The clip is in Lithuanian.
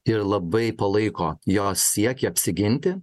ir labai palaiko jos siekį apsiginti